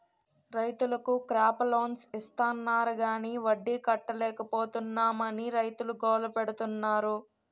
రైతులకు crop loans ఇస్తాన్నారు గాని వడ్డీ కట్టలేపోతున్నాం అని రైతులు గోల పెడతన్నారు